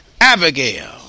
Abigail